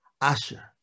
Asher